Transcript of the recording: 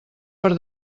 per